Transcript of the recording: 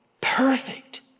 perfect